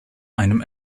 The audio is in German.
einem